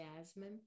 Jasmine